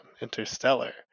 Interstellar